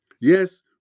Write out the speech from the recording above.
Yes